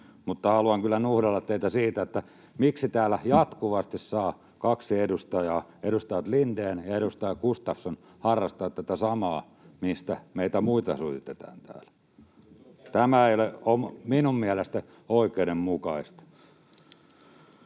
haluan kyllä nuhdella teitä siitä, miksi täällä jatkuvasti saa kaksi edustajaa, edustaja Lindén ja edustaja Gustafsson, harrastaa tätä samaa, mistä meitä muita syytetään täällä. Tämä ei ole minun mielestäni oikeudenmukaista.